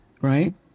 right